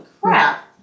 crap